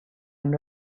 amb